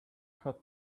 had